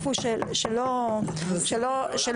טפו שלא עלינו,